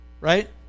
right